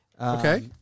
Okay